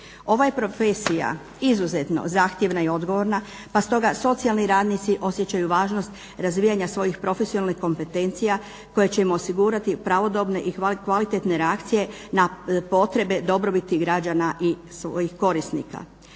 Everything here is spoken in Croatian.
Ova je profesija izuzetno zahtjevna i odgovorna, pa stoga socijalni radnici osjećaju važnost razvijanja svojih profesionalnih kompetencija koje će im osigurati pravodobne i kvalitetne reakcije na potrebe dobrobiti građana i svojih korisnika.